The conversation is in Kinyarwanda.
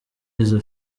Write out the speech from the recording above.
izo